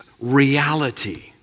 reality